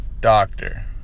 doctor